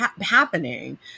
happening